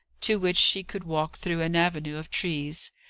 to which she could walk through an avenue of trees.